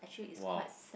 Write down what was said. !wow!